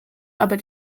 aber